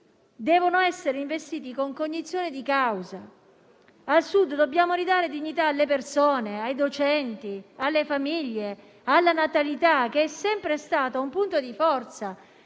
devono essere investiti con cognizione di causa. Al Sud dobbiamo ridare dignità alle persone, ai docenti, alle famiglie, alla natalità che è sempre stata un punto di forza